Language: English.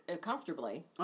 comfortably